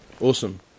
awesome